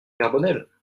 carbonel